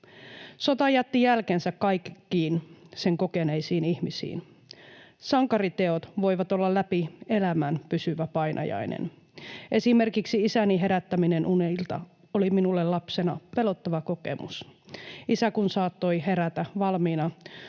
Sota jätti jälkensä kaikkiin sen kokeneisiin ihmisiin. Sankariteot voivat olla läpi elämän pysyvä painajainen. Esimerkiksi isäni herättäminen unilta oli minulle lapsena pelottava kokemus, isä kun saattoi herätä valmiina